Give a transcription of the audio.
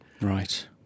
Right